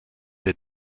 der